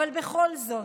אבל בכל זאת,